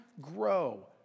grow